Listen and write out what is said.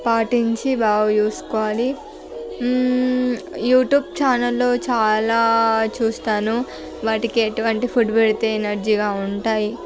పాటించి బాగా చూసుకోవాలి యూట్యూబ్ ఛానల్లో చాలా చూస్తాను వాటికి ఎటువంటి ఫుడ్ పెడితే ఎనర్జీగా ఉంటాయి